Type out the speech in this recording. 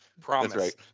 Promise